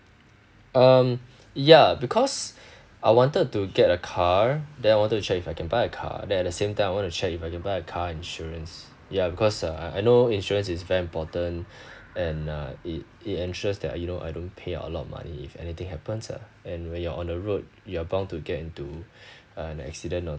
um ya because I wanted to get a car then I wanted to check if I can buy car then at the same time I want to check if I buy a car insurance ya because uh I know insurance is very important and uh it it ensures that you know I don't pay a lot of money if anything happens lah and when you're on the road you're bound to get into uh an accident or